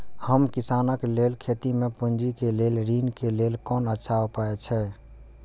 हम किसानके लेल खेती में पुंजी के लेल ऋण के लेल कोन अच्छा उपाय अछि?